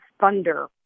thunder